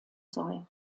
soll